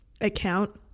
account